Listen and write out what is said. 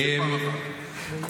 זה Present Progressive כזה.